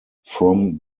from